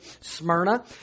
Smyrna